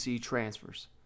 transfers